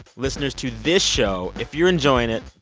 listeners to this show, if you're enjoying it,